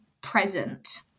present